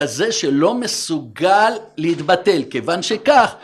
כזה שלא מסוגל להתבטל, כיוון שכך...